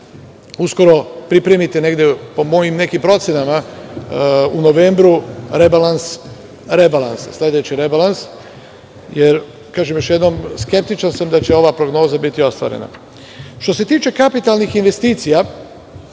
uskoro pripremite negde po mojim nekim procenama u novembru rebalans, sledeći rebalans, jer kažem još jednom skeptičan sam da će ova prognoza biti ostvarena. Što se tiče kapitalnih investicija